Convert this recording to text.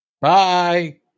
Bye